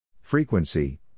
Frequency